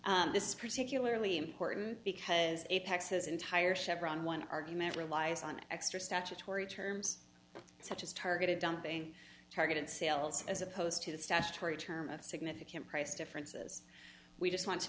this is particularly important because apex has entire chevron one argument relies on extra statutory terms such as targeted dumping targeted sales as opposed to the statutory term of significant price differences we just want to